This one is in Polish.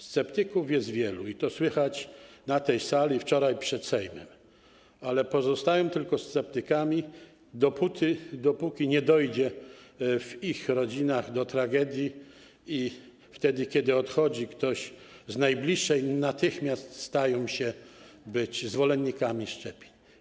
Sceptyków jest wielu i to słychać na tej sali i wczoraj przed Sejmem, ale pozostają tylko sceptykami dopóty, dopóki nie dojdzie w ich rodzinach do tragedii, a wtedy, kiedy odchodzi ktoś z najbliższych, natychmiast stają się zwolennikami szczepień.